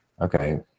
Okay